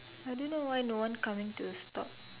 I don't know why no one come in to stop